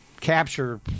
capture